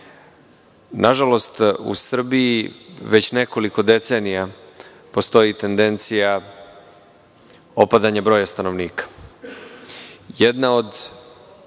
meri. Nažalost, u Srbiji već nekoliko decenija postoji tendencija opadanja broja stanovnika.